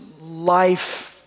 life